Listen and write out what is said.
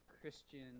Christian